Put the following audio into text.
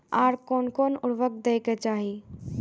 आर कोन कोन उर्वरक दै के चाही?